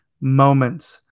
moments